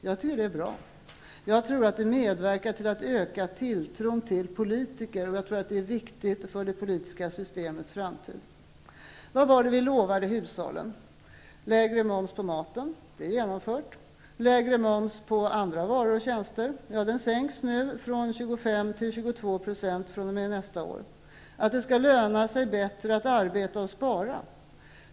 Jag tycker att det är bra, och jag tror att det medverkar till att öka tilltron till politiker. Det är viktigt för det politiska systemets framtid. Vad lovade vi hushållen? Lägre moms på maten -- det är genomfört. Lägre moms på andra varor och tjänster -- den sänks nu från 25 % till 22 % nästa år. Det skall löna sig att arbeta och spara.